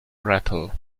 rattle